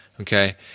okay